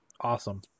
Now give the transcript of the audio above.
Awesome